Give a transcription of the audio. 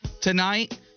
tonight